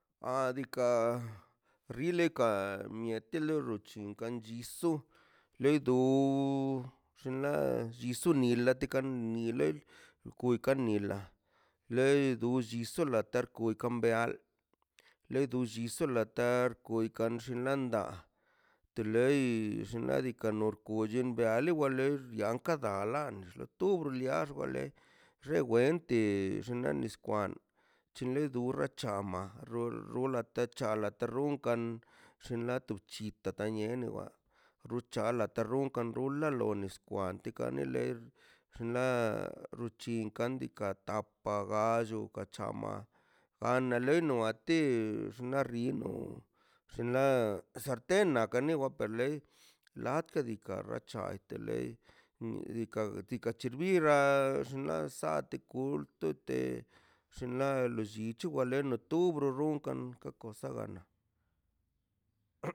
A diikaꞌ rileka na mieti loch chinkan chiso leido xinla lli chisune latika ni loi kuika nila les zi so late karkwn beal le do llison deal tar kwin kax xinlanda teleix xinladika no kuchan beale ler kagan alaṉx tur bialex ka le xe wente xinla niskwan chinla dura chan ama ro rula tacha a la terunkan en la tu pchi tata niene ba ruchala terrun kan runla la kon nis kwanteka xinla ruchin kandika tapallo ka chaoma ban da lei noate xnaꞌ rino xnaꞌ sartena akane wakan lei late dika xwe chaite lei mdii- diikaꞌ che xbira xnaꞌ sate kulto te xinla lollichi waleno dubro ronkan ka kosa gana